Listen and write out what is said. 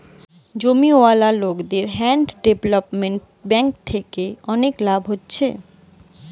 জমিওয়ালা লোকদের land development bank থিকে অনেক লাভ হচ্ছে